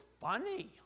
funny